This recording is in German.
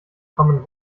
common